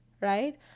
right